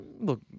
Look